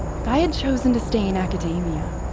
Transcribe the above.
if i had chosen to stay in academia,